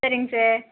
சரிங்க சார்